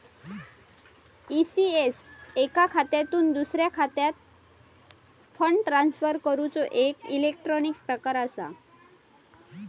ECS एका खात्यातुन दुसऱ्या खात्यात फंड ट्रांसफर करूचो एक इलेक्ट्रॉनिक प्रकार असा